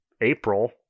April